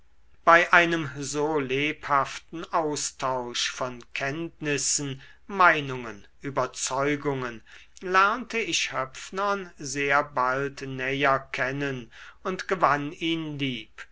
bei einem so lebhaften austausch von kenntnissen meinungen überzeugungen lernte ich höpfnern sehr bald näher kennen und gewann ihn lieb